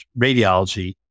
radiology